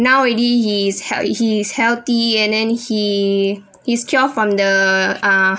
now ready he's health~ he is healthy and and he he's cure from the uh